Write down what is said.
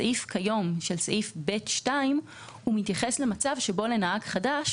סעיף ב(2) היום מתייחס למצב שבו לנהג חדש